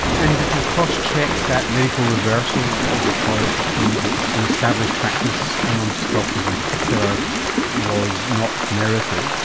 and did you crosscheck that medical reversal, as you call it, which means that an established practice amongst doctors in particular was not merited,